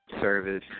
service